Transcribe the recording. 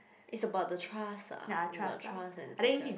it's about the trust ah it's about the trust and security